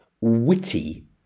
witty